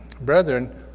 brethren